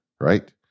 Right